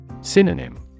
Synonym